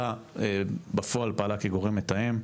היחידה בפועל פעלה כגורם מתאם,